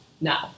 No